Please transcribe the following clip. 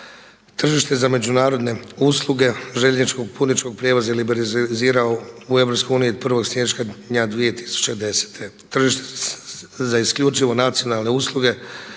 Tržište za međunarodne usluge željezničkog putničkog prijevoza liberalizirao u EU od 1. siječnja 2010. Tržište za isključivo nacionalne usluge